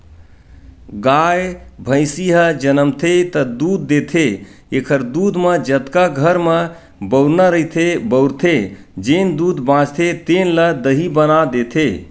गाय, भइसी ह जमनथे त दूद देथे एखर दूद म जतका घर म बउरना रहिथे बउरथे, जेन दूद बाचथे तेन ल दही बना देथे